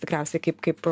tikriausiai kaip kaip